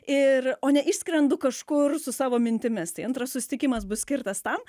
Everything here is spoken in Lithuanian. ir o ne išskrendu kažkur su savo mintimis tai antras susitikimas bus skirtas tam